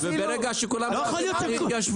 אפילו --- וברגע שכולם מדברים על התיישבות בנגב,